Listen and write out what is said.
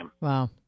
wow